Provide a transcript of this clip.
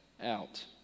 out